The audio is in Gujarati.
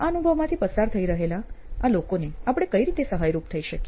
આ અનુભવમાંથી પસાર થઇ રહેલા આ લોકોને આપણે કઈ રીતે સહાયરૂપ થઇ શકીએ